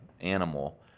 animal